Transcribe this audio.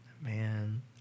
Man